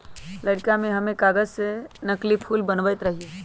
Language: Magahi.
लइरका में हम कागज से नकली फूल बनबैत रहियइ